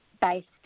based